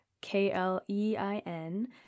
K-L-E-I-N